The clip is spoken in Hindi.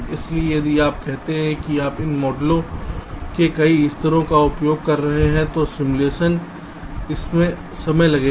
इसलिए यदि आप कहते हैं कि आप इन मॉडलों के कई स्तरों का उपयोग कर रहे हैं तो सिमुलेशन इसमें समय लगेगा